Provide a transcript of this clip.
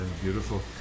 Beautiful